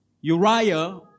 Uriah